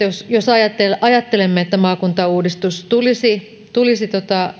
jos jos ajattelemme että maakuntauudistus tulisi tulisi